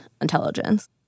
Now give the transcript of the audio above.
intelligence